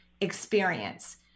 experience